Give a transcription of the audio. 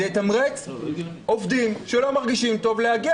זה יתמרץ עובדים שלא מרגישים טוב להגיע